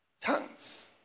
tongues